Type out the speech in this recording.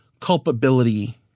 culpability